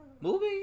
movie